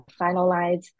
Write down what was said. finalize